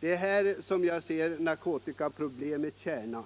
Det är här, som jag ser det, narkotikaproblemets kärna ligger.